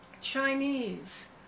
Chinese